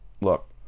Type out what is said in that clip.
look